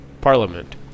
Parliament